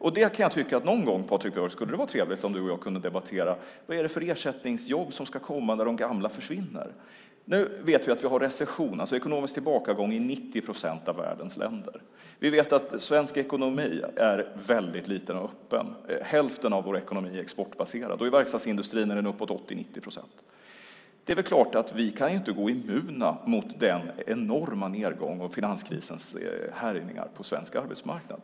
Jag kan tycka att det någon gång, Patrik Björck, skulle vara trevligt om du och jag kunde debattera vad det är för ersättningsjobb som ska komma när de gamla försvinner. Nu vet vi att vi har recession, alltså ekonomisk tillbakagång, i 90 procent av världens länder. Vi vet att svensk ekonomi är väldigt liten och öppen. Hälften av vår ekonomi är exportbaserad, och i verkstadsindustrin är siffran uppåt 80-90 procent. Det är klart att vi inte kan vara immuna mot den enorma nedgången och finanskrisens härjningar på svensk arbetsmarknad.